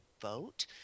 vote